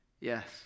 Yes